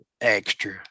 extra